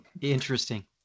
interesting